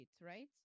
right